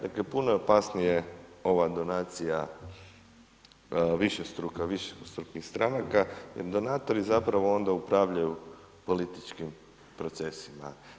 Dakle, puno je opasnije ova donacija višestruka, višestrukih stranaka jer donatori zapravo onda upravljaju političkim procesima.